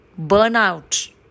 burnout